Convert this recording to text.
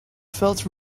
felt